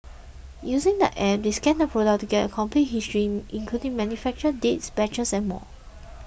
using the app they scan the product to get a complete history including manufacturer dates batches and more